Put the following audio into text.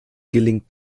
gelingt